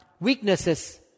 weaknesses